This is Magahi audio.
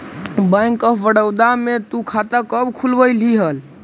बैंक ऑफ बड़ोदा में तु खाता कब खुलवैल्ही हल